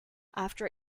after